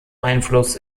einfluss